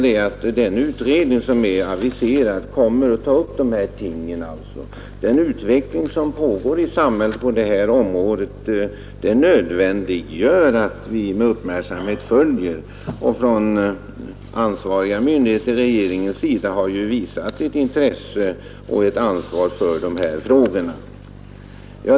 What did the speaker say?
Den utredning som är aviserad kommer också att ta upp dessa frågor. Den utveckling som pågår i samhället på detta område nödvändiggör att vi med uppmärksamhet följer de frågorna. Ansvariga myndigheter och regeringen har ju också visat både intresse och ansvar för dem.